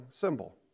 symbol